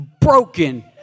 broken